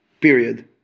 Period